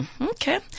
Okay